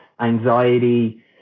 anxiety